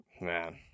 man